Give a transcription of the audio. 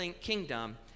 kingdom